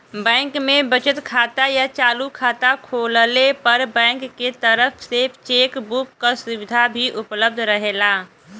bank में बचत खाता या चालू खाता खोलले पर बैंक के तरफ से चेक बुक क सुविधा भी उपलब्ध रहेला